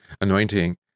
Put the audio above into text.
anointing